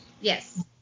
Yes